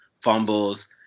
fumbles